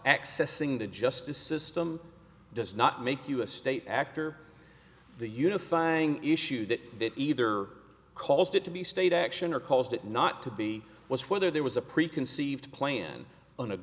accessing the justice system does not make you a state actor the unifying issue that either caused it to be state action or caused it not to be was whether there was a preconceived plan an